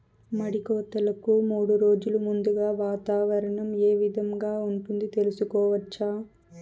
మడి కోతలకు మూడు రోజులు ముందుగా వాతావరణం ఏ విధంగా ఉంటుంది, తెలుసుకోవచ్చా?